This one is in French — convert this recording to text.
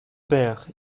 père